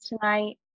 tonight